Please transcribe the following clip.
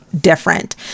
different